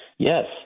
Yes